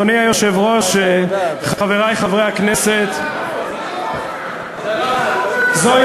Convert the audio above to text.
אדוני היושב-ראש, חברי חברי הכנסת, זוהי